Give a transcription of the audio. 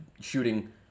shooting